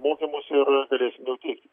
mokymus ir galėsim jau teikti